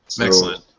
Excellent